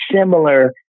similar